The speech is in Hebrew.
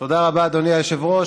תודה רבה, אדוני היושב-ראש.